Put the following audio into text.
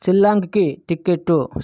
షిల్లాంగ్కి ticket